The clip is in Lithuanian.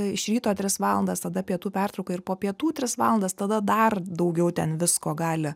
iš ryto tris valandas tada pietų pertrauka ir po pietų tris valandas tada dar daugiau ten visko gali